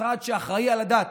המשרד שאחראי לדת.